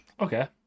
Okay